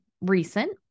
recent